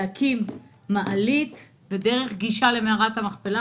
להקים מעלית ודרך גישה למערת המכפלה,